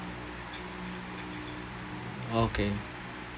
okay